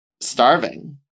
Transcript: starving